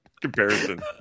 Comparison